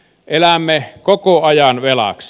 elämme koko ajan velaksi